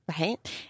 Right